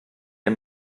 der